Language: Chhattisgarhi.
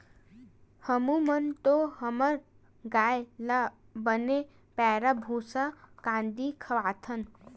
हमू मन तो हमर गाय ल बने पैरा, भूसा, कांदी खवाथन